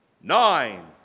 Nine